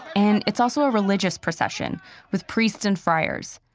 and it's also a religious procession with priests and friars.